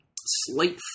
slight